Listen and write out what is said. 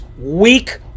weak